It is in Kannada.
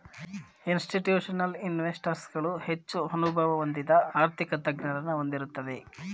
ಇನ್ಸ್ತಿಟ್ಯೂಷನಲ್ ಇನ್ವೆಸ್ಟರ್ಸ್ ಗಳು ಹೆಚ್ಚು ಅನುಭವ ಹೊಂದಿದ ಆರ್ಥಿಕ ತಜ್ಞರನ್ನು ಹೊಂದಿರುತ್ತದೆ